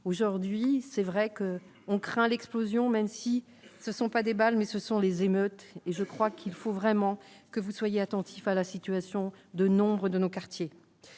aujourd'hui c'est vrai que on craint l'explosion, même si ce ne sont pas des balles, mais ce sont les émeutes et je crois qu'il faut vraiment que vous soyez attentifs à la situation de nombreux de nos quartiers,